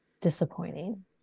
disappointing